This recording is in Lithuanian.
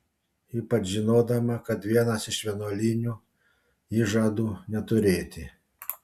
ypač žinodama kad vienas iš vienuolinių įžadų neturėti